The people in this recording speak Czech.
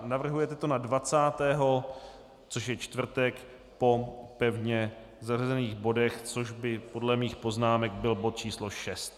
Navrhujete to na 20., což je čtvrtek, po pevně zařazených bodech, což by podle mých poznámek byl bod číslo 6.